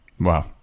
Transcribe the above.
Wow